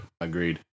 agreed